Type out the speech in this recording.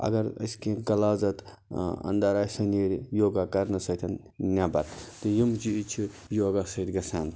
اگر أسۍ کیٚنٛہہ غلازت انٛدر آسہِ سَہ نیرِ یوگا کَرنہٕ سۭتۍ نٮ۪بر تہٕ یِم چیٖز چھِ یوگا سۭتۍ گژھان